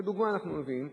כדוגמה אנחנו מביאים,